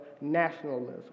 nationalism